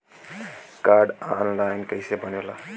Card online कइसे बनेला?